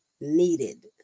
needed